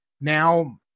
now